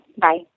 Bye